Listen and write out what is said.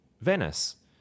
Venice